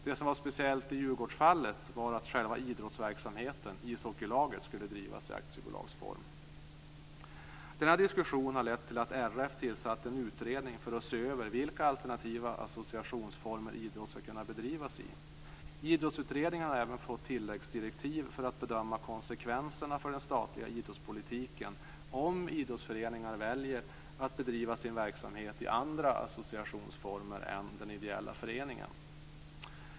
Det som var speciellt i "Djurgårdsfallet" var att själva idrottsverksamheten, ishockeylaget, skulle drivas i aktiebolagsform. Denna diskussion har lett till att RF tillsatt en utredning för att se över vilka alternativa associationsformer idrott skall kunna bedrivas i. Idrottsutredningen har även fått tilläggsdirektiv för att bedöma konsekvenserna för den statliga idrottspolitiken om idrottsföreningar väljer att bedriva sin verksamhet i andra associationsformer än den ideella föreningen.